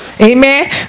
Amen